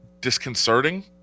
disconcerting